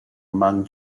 among